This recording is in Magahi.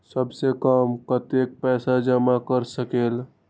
सबसे कम कतेक पैसा जमा कर सकेल?